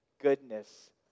goodness